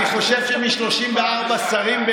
אני חושב שמ-34 שרים,